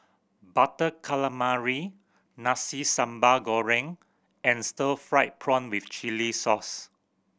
Butter Calamari Nasi Sambal Goreng and stir fried prawn with chili sauce